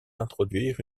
introduire